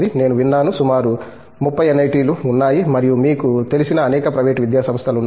నేను విన్నాను సుమారు 30 ఎన్ఐటిలు ఉన్నాయి మరియు మీకు తెలిసిన అనేక ప్రైవేటు విద్యాసంస్థలు ఉన్నాయి